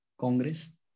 Congress